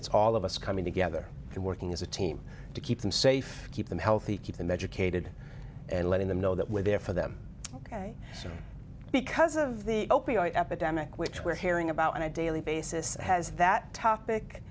it's all of us coming together and working as a team to keep them safe keep them healthy keep them educated and letting them know that we're there for them ok because of the opioid epidemic which we're hearing about on a daily basis has that topic